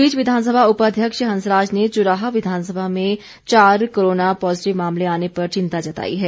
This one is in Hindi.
इस बीच विधानसभा उपाध्यक्ष हंसराज ने चुराह विधानसभा में चार कोरोना पॉजेटिव मामले आने पर चिंता जताई है